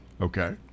Okay